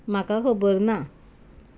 म्हाका खबर ना